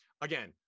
Again